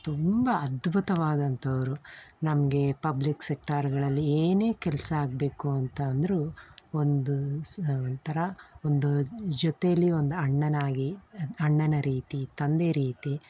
ತುಂಬ ಅದ್ಬುತವಾದಂಥವರು ನಮಗೆ ಪಬ್ಲಿಕ್ ಸೆಕ್ಟಾರ್ಗಳಲ್ಲಿ ಏನೇ ಕೆಲಸ ಆಗಬೇಕು ಅಂತ ಅಂದ್ರೂ ಒಂದು ಸ್ ಒಂಥರ ಒಂದು ಜೊತೇಲಿ ಒಂದು ಅಣ್ಣನಾಗಿ ಅಣ್ಣನ ರೀತಿ ತಂದೆ ರೀತಿ